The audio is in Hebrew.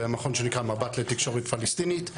במכון שנקרא: מבט לתקשורת פלסטינית,